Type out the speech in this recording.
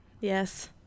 Yes